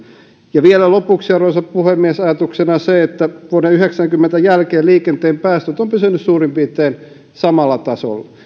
elinkeinoelämäämme vielä lopuksi arvoisa puhemies ajatuksena se että vuoden yhdeksänkymmentä jälkeen liikenteen päästöt ovat pysyneet suurin piirtein samalla tasolla